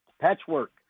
patchwork